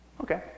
Okay